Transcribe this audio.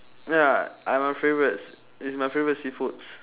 ya uh my favourites it's my favourite seafoods